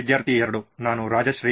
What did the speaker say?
ವಿದ್ಯಾರ್ಥಿ 2 ನಾನು ರಾಜಶ್ರೀ